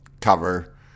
cover